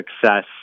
success